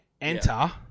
Enter